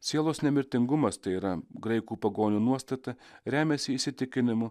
sielos nemirtingumas tai yra graikų pagonių nuostata remiasi įsitikinimu